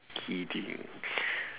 kidding